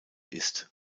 ist